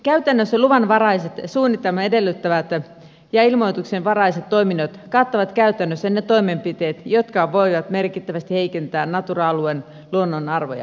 käytännössä luvanvaraiset suunnitelman edellyttävät ja ilmoituksenvaraiset toiminnot kattavat ne toimenpiteet jotka voivat merkittävästi heikentää natura alueen luonnonarvoja